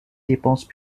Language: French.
dépenses